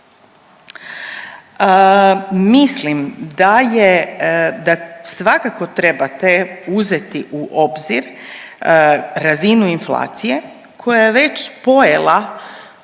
Mislim da je, da svakako trebate uzeti u obzir razinu inflacija koja je već pojela